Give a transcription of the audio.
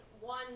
one